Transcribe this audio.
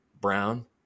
Brown